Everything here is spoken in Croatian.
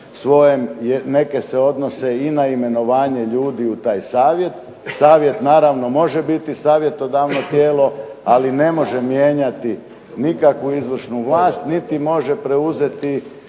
svojem, neke se odnose i na imenovanje ljudi u taj Savjet. Savjet naravno može biti savjetodavno tijelo, ali ne može mijenjati nikakvu izvršnu vlast niti može preuzeti